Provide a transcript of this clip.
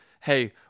Hey